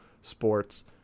sports